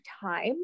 time